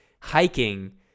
hiking